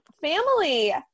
family